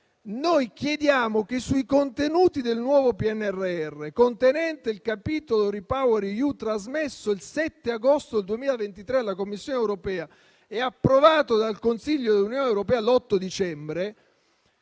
Noi chiediamo che sui contenuti del nuovo PNRR, contenente il capitolo REPowerEU, trasmesso il 7 agosto 2023 alla Commissione europea e approvato dal Consiglio dell'Unione europea l'8 dicembre,